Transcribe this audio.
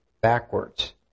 backwards